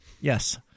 Yes